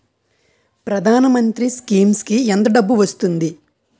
ప్రధాన మంత్రి స్కీమ్స్ కీ ఎంత డబ్బు వస్తుంది?